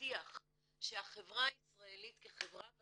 להבטיח שהחברה הישראלית כחברה,